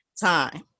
time